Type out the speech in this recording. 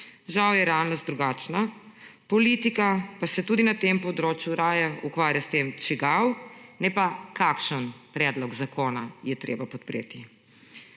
Žal je realnost drugačna, politika pa se tudi na tem področju raje ukvarja s tem, čigav, ne pa kakšen predlog zakona je treba podpreti.